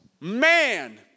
man